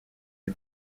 est